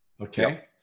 Okay